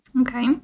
Okay